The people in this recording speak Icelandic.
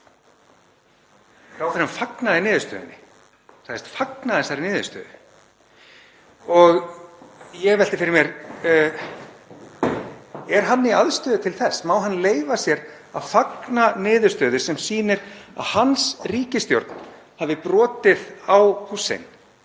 Ráðherrann fagnaði niðurstöðunni, hann sagðist fagna þessari niðurstöðu. Ég velti fyrir mér: Er hann í aðstöðu til þess? Má hann leyfa sér að fagna niðurstöðu sem sýnir að hans ríkisstjórn hafi brotið á Hussein?